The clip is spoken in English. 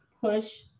push